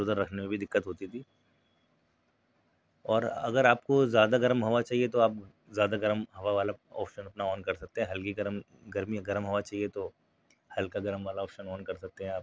اگر میں اپنے آس پاس کی کلینک یا ہاس اسپتال کے بارے میں بتاؤں تو یہ بھی ٹھیک ٹھاک ہیں پر ہمیں کافی ان کے چیلنجیز کا بھی سامنا کرنا پڑتا ہے جیسے میں بتاؤں کہ